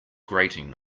grating